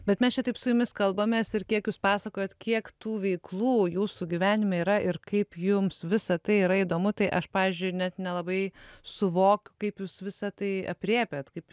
bet mes čia taip su jumis kalbamės ir kiek jūs pasakojat kiek tų veiklų jūsų gyvenime yra ir kaip jums visa tai yra įdomu tai aš pavyzdžiui net nelabai suvokiu kaip jūs visa tai aprėpiat kaip